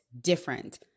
different